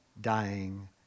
Dying